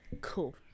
Cool